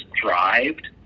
thrived